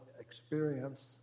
experience